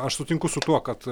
aš sutinku su tuo kad